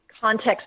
context